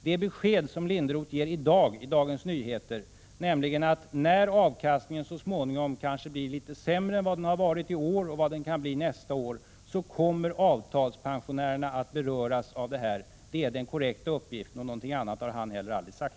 Det besked som Linderoth i dag ger i Dagens Nyheter, nämligen att när avkastningen så småningom kanske blir litet sämre än vad den varit i år och kan bli nästa år, så kommer avtalspensionerna att beröras av detta. Det är den korrekta uppgiften, och någonting annat har Linderoth heller aldrig sagt.